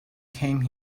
came